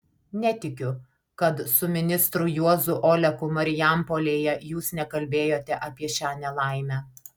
netikiu kad su ministru juozu oleku marijampolėje jūs nekalbėjote apie šią nelaimę